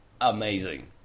amazing